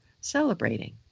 celebrating